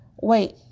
wait